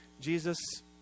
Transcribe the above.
Jesus